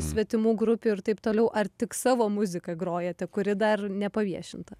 svetimų grupių ir taip toliau ar tik savo muziką grojate kuri dar nepaviešinta